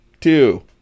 two